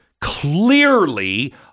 clearly